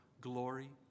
glory